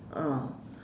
ah